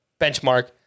benchmark